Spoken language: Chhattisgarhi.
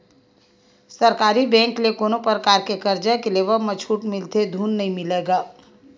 सरकारी बेंक ले कोनो परकार के करजा के लेवब म छूट मिलथे धून नइ मिलय गा?